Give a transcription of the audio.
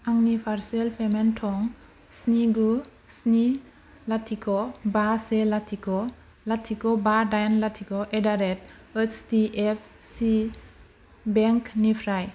आंनि भारसुएल पेमेन्ट थं स्नि गु स्नि लाथिख' बा से लाथिख' लाथिख' बा दाइन लाथिख' एटडारेट H D F C bank निफ्राय